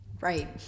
Right